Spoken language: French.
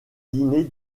dîner